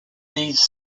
these